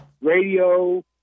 radio